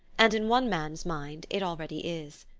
and in one man's mind it already is.